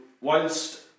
whilst